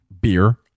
beer